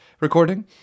recording